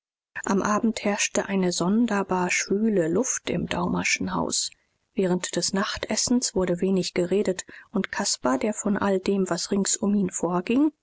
am abend herrschte eine sonderbar schwüle luft im daumerschen haus während des nachtessens wurde wenig geredet und caspar der von all dem was rings um ihn vorging